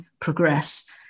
progress